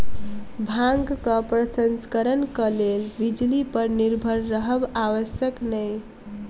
भांगक प्रसंस्करणक लेल बिजली पर निर्भर रहब आवश्यक नै